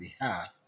behalf